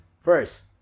first